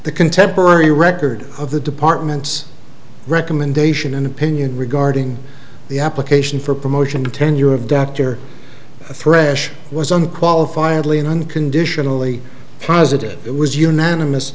the contemporary record of the department's recommendation and opinion regarding the application for promotion tenure of dr thresh was unqualified lean unconditionally positive it was unanimous